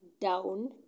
down